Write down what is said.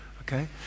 Okay